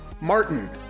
Martin